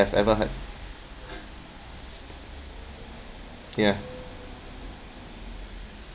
ever heard ya